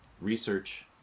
research